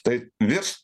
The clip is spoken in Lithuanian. tai virš